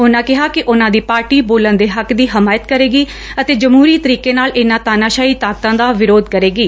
ਉਨਾਂ ਕਿਹਾ ਕਿ ਉਨਾਂ ਦੀ ਪਾਰਟੀ ਬੋਲਣ ਦੇ ਹੱਕ ਦੀ ਹਮਾਇਤ ਕਰੇਗੀ ਅਤੇ ਜਮਹੁਰੀ ਤਰੀਕੇ ਨਾਲ ਇਨਾਂ ਤਾਨਾਸ਼ਾਹੀ ਤਾਕਤਾਂ ਦਾ ਵਿਰੋਧ ਕਰੇਗੀ